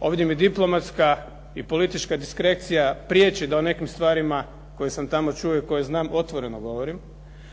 ovdje mi diplomatska i politička diskrecija priječi da o nekim stvarima koje sam tamo čuo i koje znam otvoreno govorim,